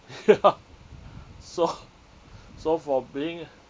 ya so so for being